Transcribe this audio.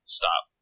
stop